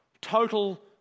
total